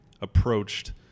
approached